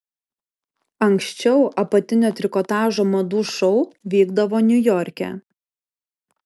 anksčiau apatinio trikotažo madų šou vykdavo niujorke